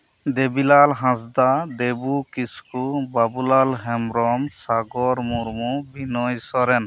Debila Hansda Debu Kisku Babulal Hembrom Sagar Murmu Binoy Soren